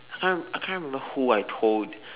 I can't I can't remember who I told